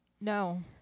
no